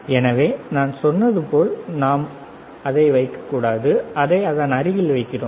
எனவே நான் சொன்னது போல் நாம் அதை வைக்கக்கூடாது அதை அதன் அருகில் வைக்கிறோம்